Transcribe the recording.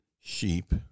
sheep